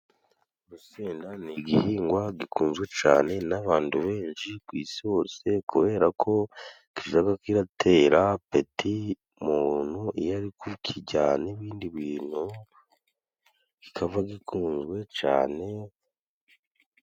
Urusenda ni igihingwa gikunzwe cane n'abantu benshi ku isi hose, kubera ko kijaga kiratera peti umuntu iyo ari kukijya, n'ibindi bintu bikaba gikunzwe cane.